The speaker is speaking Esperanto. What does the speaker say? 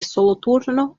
soloturno